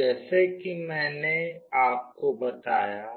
जैसे कि मैंने आपको बताया